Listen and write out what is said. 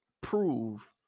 prove